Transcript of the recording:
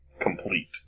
complete